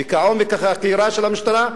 וכעומק החקירה של המשטרה,